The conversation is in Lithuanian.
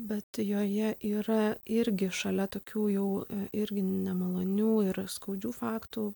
bet joje yra irgi šalia tokių jau irgi nemalonių ir skaudžių faktų